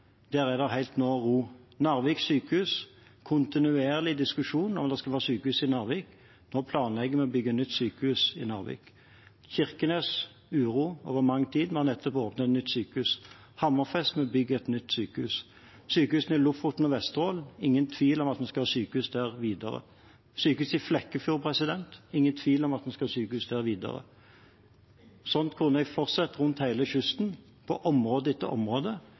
der folk med jevne mellomrom har måttet ta fram faklene, er det nå helt ro: Narvik sykehus: Det er kontinuerlig diskusjon om det skal være sykehus i Narvik. Nå planlegger vi å bygge et nytt sykehus i Narvik. Kirkenes: Det har vært uro over lang tid. Vi har nettopp åpnet et nytt sykehus. Hammerfest: Vi bygger et nytt sykehus. Sykehus i Lofoten og Vesterålen: Det er ingen tvil om at en skal ha sykehus der videre. Sykehus i Flekkefjord: Det er ingen tvil om at en skal ha sykehus der videre. Sånn kunne